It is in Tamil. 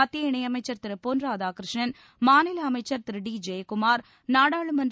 மத்திய இணையமைச்சர் திரு பொன் ராதாகிருஷ்ணன் மாநில அமைச்சர் திரு டி ஜெயக்குமார் நாடாளுமன்ற